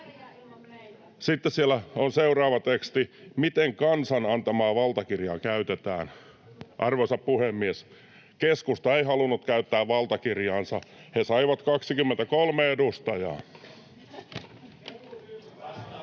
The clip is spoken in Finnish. Sitten siellä on seuraava teksti: ”Miten kansan antamaa valtakirjaa käytetään?” Arvoisa puhemies! Keskusta ei halunnut käyttää valtakirjaansa, he saivat 23 edustajaa.